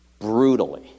brutally